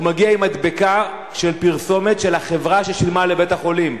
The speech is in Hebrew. הוא מגיע עם מדבקה של פרסומת של החברה ששילמה לבית-החולים,